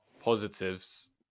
positives